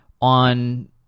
on